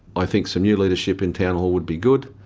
i think some new leadership in town hall would be good,